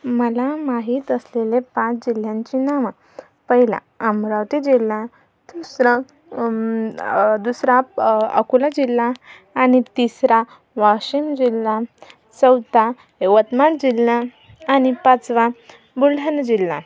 मला माहीत असलेले पाच जिल्ह्यांची नावं पहिला अमरावती जिल्हा तिसरं दुसरा अकोला जिल्हा आणि तिसरा वाशीम जिल्हा चौथा यवतमाळ जिल्हा आणि पाचवा बुलढाणा जिल्हा